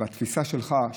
בתפיסה שלך,